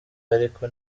ariko